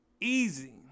easy